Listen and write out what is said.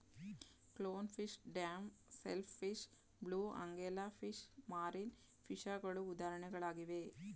clown fish, damsel fish, blue angel fish, marine ಫಿಷಗಳು ಉದಾಹರಣೆಗಳಾಗಿವೆ